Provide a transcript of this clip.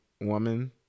woman